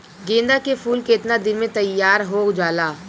गेंदा के फूल केतना दिन में तइयार हो जाला?